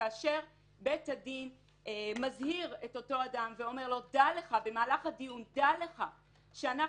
וכאשר בית הדין מזהיר את אותו אדם ואומר לו במהלך הדיון: דע לך שאנחנו